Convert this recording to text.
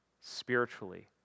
spiritually